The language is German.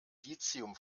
lithium